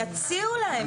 יציעו להם את זה,